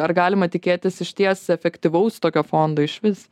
ar galima tikėtis išties efektyvaus tokio fondo išvis